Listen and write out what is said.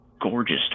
gorgeous